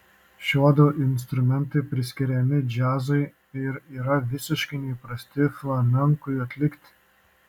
šiuodu instrumentai priskiriami džiazui ir yra visiškai neįprasti flamenkui atlikti